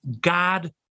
God